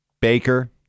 Baker